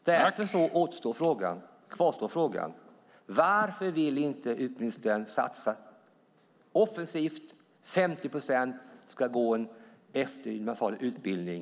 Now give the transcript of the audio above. Därför kvarstår frågan: Varför vill inte utbildningsministern satsa offensivt, att 50 procent ska gå en eftergymnasial utbildning?